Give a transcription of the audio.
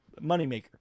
moneymaker